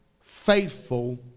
faithful